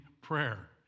prayer